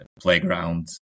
playground